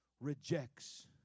rejects